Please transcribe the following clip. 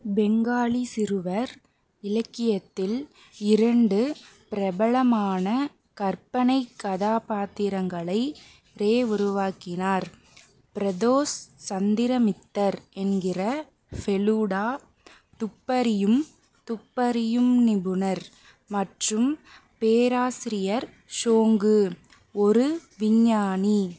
பெங்காலி சிறுவர் இலக்கியத்தில் இரண்டு பிரபலமான கற்பனை கதாபாத்திரங்களை ரே உருவாக்கினார் பிரதோஷ் சந்திர மித்தர் என்கிற ஃபெலுடா துப்பறியும் துப்பறியும் நிபுணர் மற்றும் பேராசிரியர் ஷோங்கு ஒரு விஞ்ஞானி